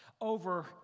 over